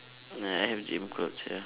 yeah I had gym yup